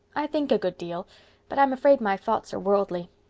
i think a good deal but i'm afraid my thoughts are worldly.